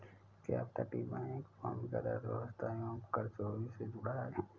क्या अपतटीय बैंक भूमिगत अर्थव्यवस्था एवं कर चोरी से जुड़ा है?